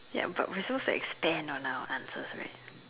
ya but we're supposed to extent on our answers right